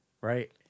right